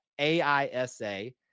AISA